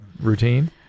routine